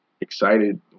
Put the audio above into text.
excited